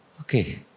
Okay